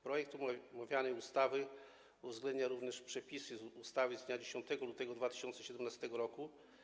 Projekt omawianej ustawy uwzględnia również przepisy ustawy z dnia 10 lutego 2017 r.